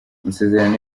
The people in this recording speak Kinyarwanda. amasezerano